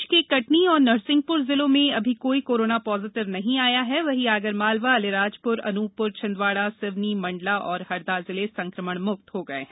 प्रदेश के कटनी एवं नरसिंहप्र जिलों में अभी कोई कोरोना पॉजिटिव नहीं आया है वहीं आगर मालवा अलीराजप्र अनूपप्र छिंदवाड़ा सिवनी मंडला और हरदा जिले संक्रमण म्क्त हो गए हैं